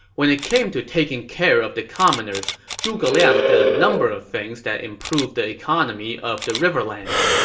when it came to taking care of the commoners, zhuge liang did a number of things that improved the economy of the riverlands.